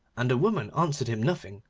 and the woman answered him nothing,